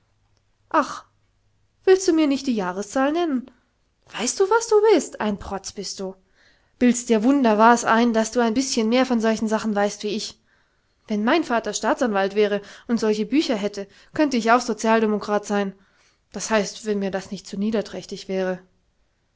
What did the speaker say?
willst du mir nicht die jahreszahl nennen weißt du was du bist ein protz bist du bildst dir wunder was ein daß du ein bischen mehr von solchen sachen weißt wie ich wenn mein vater staatsanwalt wäre und solche bücher hätte könnte ich auch sozialdemokrat sein d h wenn mir das nicht zu niederträchtig wäre